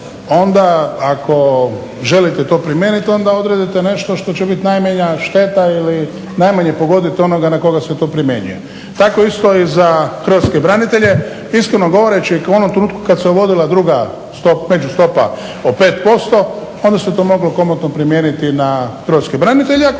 onda ako želite to primijeniti, onda odredite nešto što će biti najmanja šteta ili najmanje pogodit onoga na koga se to primjenjuje. Tako isto i za hrvatske branitelje. Iskreno govoreći, ako u onom trenutku kad se uvodila druga među stopa od 5% onda se to moglo komotno primijeniti na hrvatske branitelje.